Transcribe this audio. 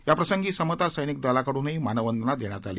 याप्रसंगी समता सैनिकदलाकडूनही मानवंदना देण्यात आली